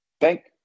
Thank